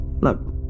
Look